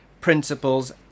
principles